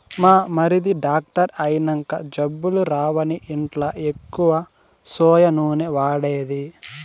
మా మరిది డాక్టర్ అయినంక జబ్బులు రావని ఇంట్ల ఎక్కువ సోయా నూనె వాడేది